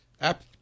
App